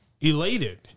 Elated